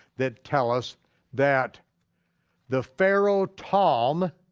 that tell us that the pharaoh thom